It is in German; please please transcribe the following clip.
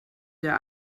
der